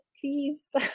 please